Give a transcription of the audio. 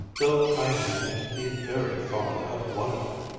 though i manage to be very fond of one of them.